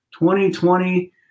2020